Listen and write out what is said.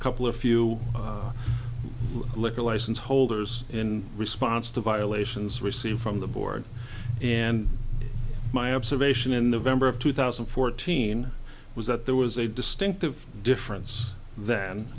couple a few liquor license holders in response to violations received from the board and my observation in the vendor of two thousand and fourteen was that there was a distinctive difference than